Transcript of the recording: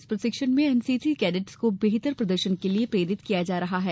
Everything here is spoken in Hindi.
इस प्रशिक्षण में एनसीसी कैडटस को बेहतर प्रदर्शन के लिये प्रेरित किया जा रहा है